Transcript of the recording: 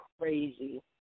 crazy